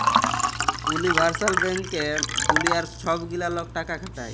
universal ব্যাংকে দুলিয়ার ছব গিলা লক টাকা খাটায়